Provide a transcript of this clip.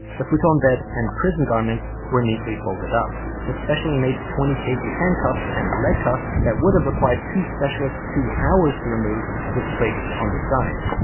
the futon bed and prison garments were neatly folded up. the specially made twenty kg handcuffs and leg cuffs that would have required two specialists two hours to remove was placed on the side.